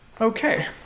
Okay